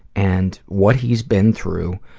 and what he's been through,